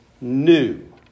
new